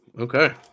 Okay